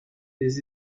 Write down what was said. des